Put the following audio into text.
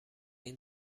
این